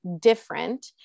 different